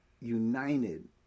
united